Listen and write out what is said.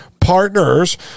partners